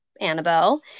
Annabelle